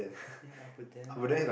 ya but then